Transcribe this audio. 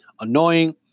annoying